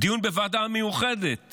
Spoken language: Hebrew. דיון בוועדה המיוחדת